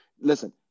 Listen